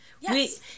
Yes